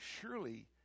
Surely